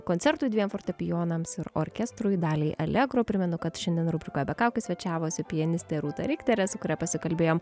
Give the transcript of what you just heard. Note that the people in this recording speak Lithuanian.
koncertui dviem fortepijonams ir orkestrui daliai allegro primenu kad šiandien rubrikoje be kaukių svečiavosi pianistė rūta rikterė su kuria pasikalbėjom